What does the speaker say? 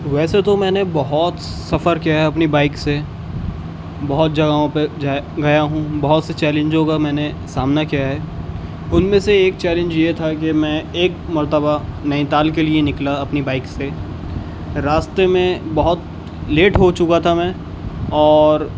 ویسے تو میں نے بہت سفر کیا ہے اپنی بائک سے بہت جگاہوں پر گیا ہوں بہت سے چیلینجوں کا میں نے سامنا کیا ہے ان میں سے ایک چیلینج یہ تھا کہ میں ایک مرتبہ نینی تال کے لیے نکلا اپنی بائک سے راستے میں بہت لیٹ ہو چکا تھا میں اور